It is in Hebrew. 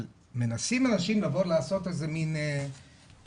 אבל מנסים הנשים לבוא לעשות איזה מין "פירפורציה".